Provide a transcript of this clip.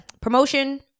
promotion